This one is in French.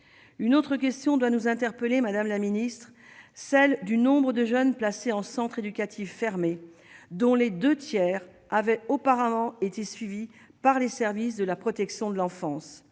une autre question doit nous interpeller madame la ministre, celle du nombre de jeunes placés en centre éducatif fermé dont les 2 tiers avaient auparavant été suivie par les services de la protection de l'enfance,